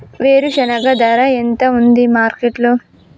వేరుశెనగ ధర ఎంత ఉంది మార్కెట్ లో?